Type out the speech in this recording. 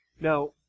Now